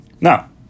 Now